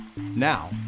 Now